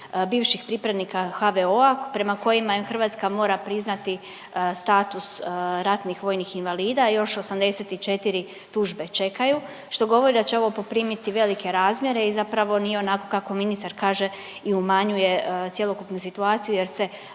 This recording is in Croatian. bivših pripadnika HVO-a prema kojima je Hrvatska mora priznati status ratnih vojnih invalida i još 84 tužbe čekaju, što govori da će ovo poprimiti velike razmjere i zapravo nije onako kako ministar kaže i umanjuje cjelokupnu situaciju jer se